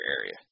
area